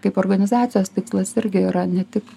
kaip organizacijos tikslas irgi yra ne tik